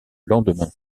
lendemain